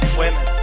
women